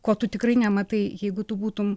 ko tu tikrai nematai jeigu tu būtum